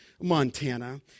Montana